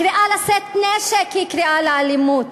הקריאה לשאת נשק היא קריאה לאלימות,